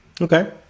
Okay